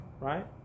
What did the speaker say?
right